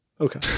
Okay